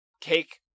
Cake